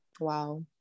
Wow